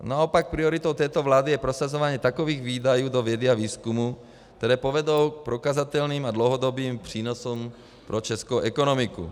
Naopak prioritou této vlády je prosazování takových výdajů do vědy a výzkumu, které povedou k prokazatelným a dlouhodobým přínosům pro českou ekonomiku.